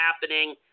happening